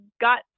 got